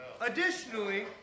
Additionally